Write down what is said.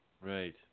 Right